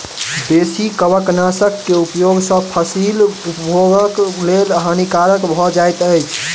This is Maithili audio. बेसी कवकनाशक के उपयोग सॅ फसील उपभोगक लेल हानिकारक भ जाइत अछि